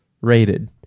rated